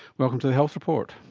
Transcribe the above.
welcome to the health report.